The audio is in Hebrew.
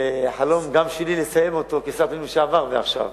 וגם החלום שלי, לסיים אותו כשר פנים לשעבר ועכשיו.